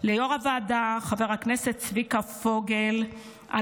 ליו"ר הוועדה חבר הכנסת צביקה פוגל על